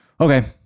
Okay